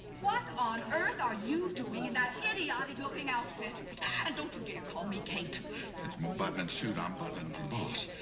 what on earth are you doing in that idiotic-looking outfit? and don't you dare call me kate my butling suit. i'm butling for the boss.